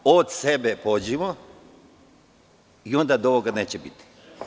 Od sebe pođimo i onda ovoga neće biti.